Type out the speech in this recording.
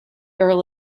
earl